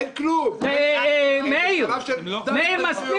מאיר, מספיק.